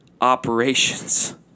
operations